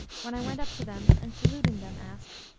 when i went up to them and saluting them, asked,